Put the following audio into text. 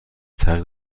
تغییر